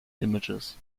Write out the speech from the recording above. images